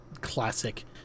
classic